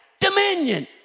Dominion